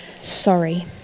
sorry